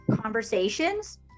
conversations